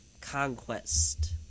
Conquest